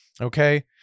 Okay